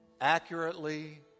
accurately